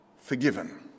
Forgiven